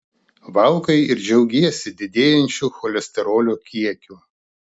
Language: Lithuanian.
valgai ir džiaugiesi didėjančiu cholesterolio kiekiu